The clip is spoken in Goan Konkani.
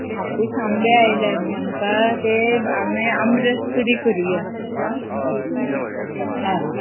हापूस आंबे आयल्या न्हय ते आमी आमकां आम रस पुरी करूया आं हय